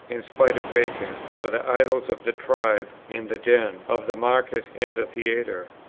in spite of bacon, for the idols of the tribe and the den, of the market and the theatre.